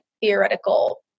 theoretical